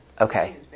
Okay